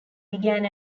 began